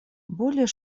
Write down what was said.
более